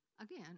again